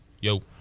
yo